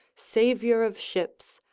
saviour of ships,